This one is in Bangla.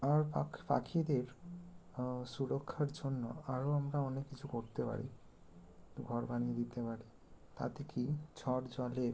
আর পাখিদের সুরক্ষার জন্য আরও আমরা অনেক কিছু করতে পারি ঘর বানিয়ে দিতে পারি তাতে কী ঝড় জলে